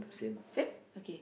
same okay